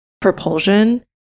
propulsion